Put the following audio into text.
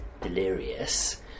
delirious